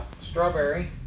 Strawberry